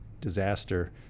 disaster